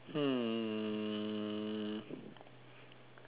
hmm